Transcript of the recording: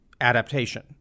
adaptation